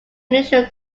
unusual